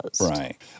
Right